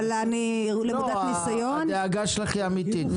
אבל אני למודת ניסיון -- הדאגה שלך היא אמיתית.